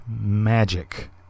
magic